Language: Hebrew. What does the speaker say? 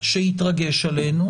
שיתרגש עלינו,